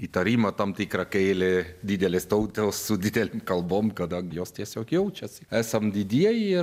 įtarimą tam tikrą kėlė didelės tautos su didelėm kalbom kadangi jos tiesiog jaučiasi esam didieji